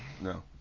no